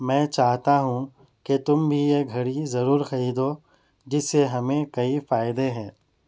میں چاہتا ہوں کہ تم بھی یہ گھڑی ضرور خریدو جس سے ہمیں کئی فائدے ہیں